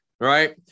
right